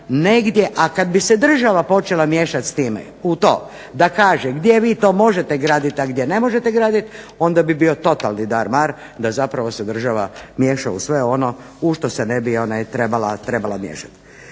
a kad bi se država počela miješati u to da kaže gdje vi to možete graditi, a gdje ne možete graditi onda bi bio totalni dar mar da zapravo se država miješa u sve ono u što se ne bi trebala miješati.